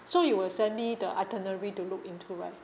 so you will send me the itinerary to look into right